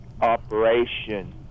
operation